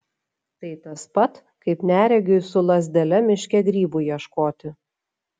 tai tas pat kaip neregiui su lazdele miške grybų ieškoti